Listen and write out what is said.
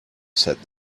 said